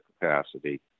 capacity